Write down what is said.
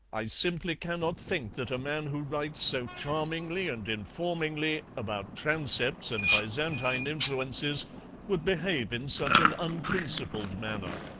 i simply cannot think that a man who writes so charmingly and informingly about transepts and byzantine influences would behave in such an unprincipled manner,